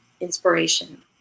inspiration